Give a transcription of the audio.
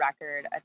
record